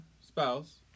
spouse